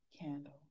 candle